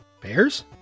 Bears